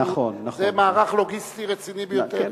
זה מערך לוגיסטי רציני ביותר.